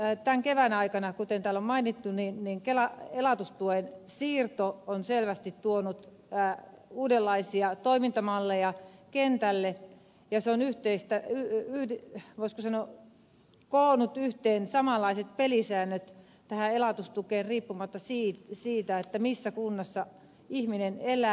tämän kevään aikana kuten täällä on mainittu elatustuen siirto on selvästi tuonut uudenlaisia toimintamalleja kentälle ja se on voisiko sanoa koonnut yhteen samanlaiset pelisäännöt tähän elatustukeen riippumatta siitä missä kunnassa ihminen elää